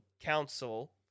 council